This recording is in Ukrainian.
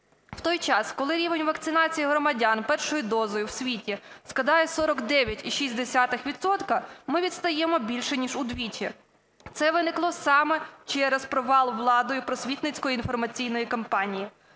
В той час, коли рівень вакцинації громадян першою дозою у світі складає 49,6 відсотка, ми відстаємо більше ніж вдвічі. Це виникло саме через провал владою просвітницько-інформаційної кампанії,